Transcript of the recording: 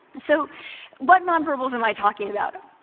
so what nonverbals am i talking about?